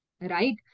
right